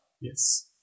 Yes